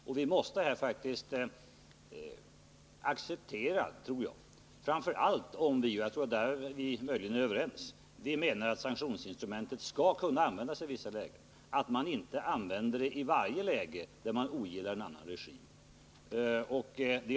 Om vi menar att sanktionsinstrumentet skall kunna användas i vissa lägen — därvidlag tror jag att vi är överens — måste vi acceptera att man inte bör använda sanktionsinstrumentet i varje läge där man ogillar en annan regim.